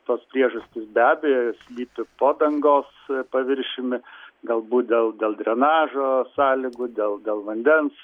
tos priežastys be abejo slypi po dangos paviršiumi galbūt dėl dėl drenažo sąlygų dėl dėl vandens